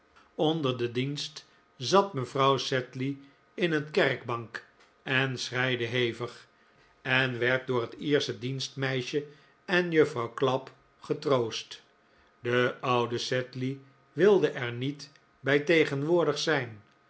onder den dienst zat mevrottw sedley in een kerkbank en schreide hevig en werd door het iersche dienstmeisje en juffrouw clapp getroost de oude sedley wilde er niet bij tegenwoordig zijn